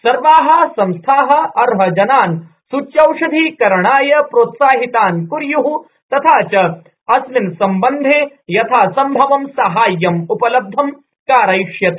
सर्वाः संस्थाः अर्हजनान ासूच्यौषधीकरणाय प्रोत्साहितान क्र्र्य्ः तथा च अस्मिन ासम्बन्धे यथासम्भवं साहाय्यं उपलब्धं कारयिष्यते